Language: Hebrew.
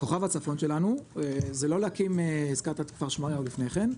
"כוכב הצפון" שלנו זה לא להקים הזכרת את כפר שמריהו לפני כן,